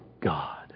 God